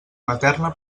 materna